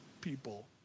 people